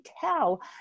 tell